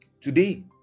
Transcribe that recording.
Today